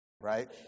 Right